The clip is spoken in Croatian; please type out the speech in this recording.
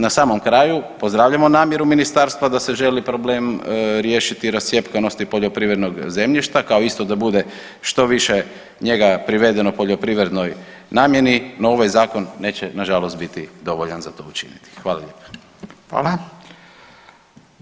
Na samom kraju pozdravljamo namjeru ministarstva da se želi problem riješiti, rascjepkanosti poljoprivrednog zemljišta kao isto da bude što više njega privedeno poljoprivrednoj namjeni, no ovaj zakon neće nažalost biti dovoljan za to učiniti.